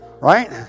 Right